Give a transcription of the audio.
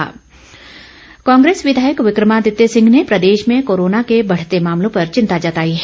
विक्रमादित्य कांग्रेस विधायक विक्रमादित्य सिंह ने प्रदेश में कोरोना के बढ़ते मामलों पर चिंता जताई है